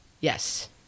Yes